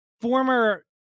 former